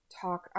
Talk